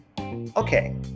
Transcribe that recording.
Okay